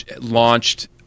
launched